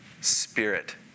spirit